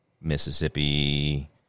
Mississippi